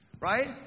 right